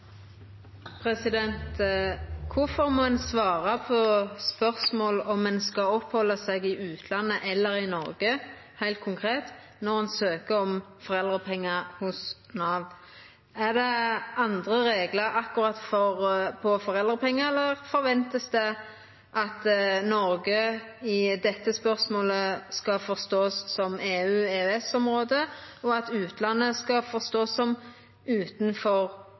må ein svara på spørsmål om ein skal opphalda seg i utlandet eller i Noreg heilt konkret når ein søkjer om foreldrepengar hos Nav? Er det andre reglar akkurat for foreldrepengar, eller vert det forventa at Noreg i dette spørsmålet skal forståast som EU/EØS-området, og at utlandet skal forståast som utanfor